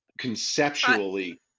conceptually